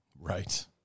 Right